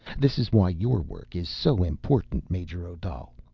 this is why your work is so important, major odal.